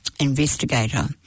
investigator